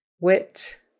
wit